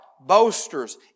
boasters